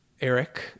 Eric